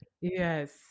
yes